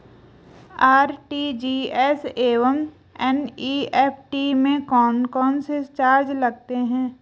RTGS एवं NEFT में कौन कौनसे चार्ज लगते हैं?